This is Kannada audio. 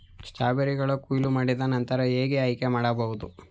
ಸ್ಟ್ರಾಬೆರಿಗಳನ್ನು ಕೊಯ್ಲು ಮಾಡಿದ ನಂತರ ಹೇಗೆ ಆಯ್ಕೆ ಮಾಡಬಹುದು?